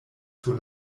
sur